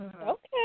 Okay